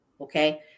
okay